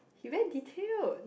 he very detailed